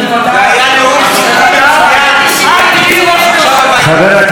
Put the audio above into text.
חבר הכנסת והשר אופיר אקוניס,